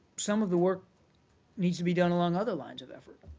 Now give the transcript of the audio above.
some of the work needs to be done along other lines of effort.